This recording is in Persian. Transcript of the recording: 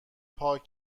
پاک